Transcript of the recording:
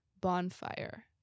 bonfire